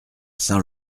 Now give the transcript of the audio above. saint